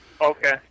Okay